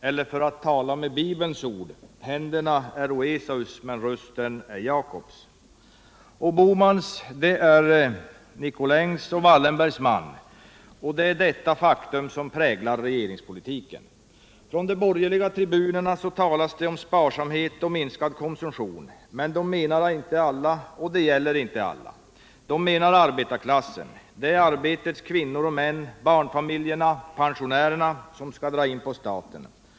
Eller för att tala med Bibelns ord: ”Händerna äro Esaus, men rösten är Jakobs.” Bohman är Nicolins och Wallenbergs man, och detta faktum präglar regeringspolitiken. Från de borgerligas tribuner talas det om sparsamhet och minskad konsumtion, men de menar inte alla, och det gäller inte alla. De menar arbetarklassen. Det är arbetets kvinnor och män, barnfamiljerna och pensionärerna som skall dra in på staten.